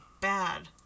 bad